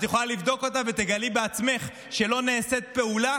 את יכולה לבדוק אותה ותגלי בעצמך שלא נעשית פעולה